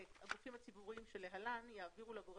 כרגע כתוב